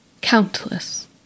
Countless